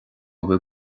bhfuil